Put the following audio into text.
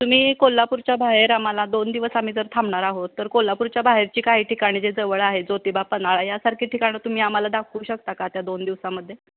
तुमी कोल्हापूरच्या बाहेर आम्हाला दोन दिवस आम्ही जर थांबणार आहोत तर कोल्हापूरच्या बाहेरची काही ठिकाणं जे जवळ आहे ज्योतिबा पन्हाळा यासारखी ठिकाणं तुम्ही आम्हाला दाखवू शकता का त्या दोन दिवसामध्ये